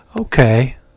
okay